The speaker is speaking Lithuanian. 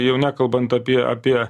jau nekalbant apie apie